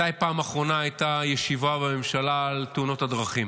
מתי בפעם האחרונה הייתה ישיבה בממשלה על תאונות הדרכים?